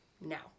now